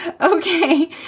Okay